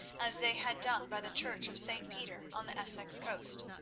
as they had done by the church of st. peter on the essex coast.